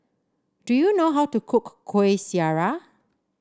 do you know how to cook Kuih Syara